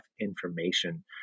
information